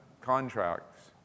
contracts